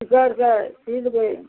कि कहै छै सी लेबै